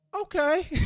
Okay